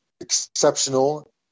exceptional